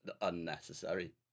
unnecessary